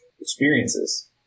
experiences